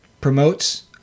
promotes